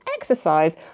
Exercise